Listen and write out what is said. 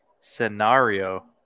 scenario